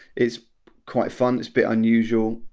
it's quite fun, it's but unusual.